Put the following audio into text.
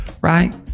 Right